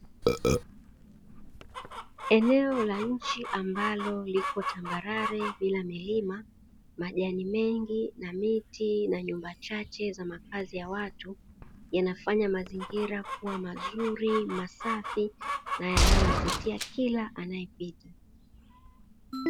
Eneo la nchi ambalo liko tambarare bila milima majani mengi na miti na nyumba chache za makazi ya watu yanafanya mazingira kuwa mazuri, masafi na yanayomvutia kila anaepita.